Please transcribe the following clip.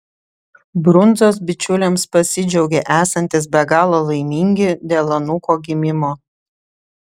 brundzos bičiuliams pasidžiaugė esantys be galo laimingi dėl anūko gimimo